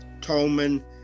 Tolman